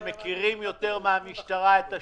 הם מכירים יותר מהמשטרה את השטח.